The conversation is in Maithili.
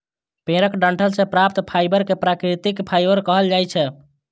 पेड़क डंठल सं प्राप्त फाइबर कें प्राकृतिक फाइबर कहल जाइ छै